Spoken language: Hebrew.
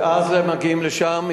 ואז הם מגיעים לשם.